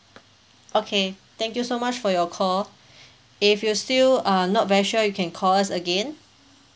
okay thank you so much for your call if you still uh not very sure you can call us again